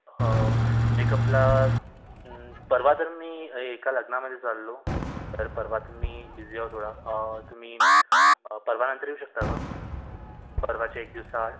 हो मेकअपला परवा तर मी एका लग्नामध्ये चाललो तर परवा तर मी बिझी आहे थोडा तुम्ही परवा नंतर येऊ शकता का परवाच्या एक दिवसाआड